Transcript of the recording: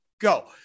go